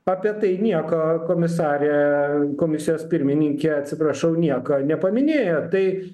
apie tai nieko komisarė komisijos pirmininkė atsiprašau nieko nepaminėjo tai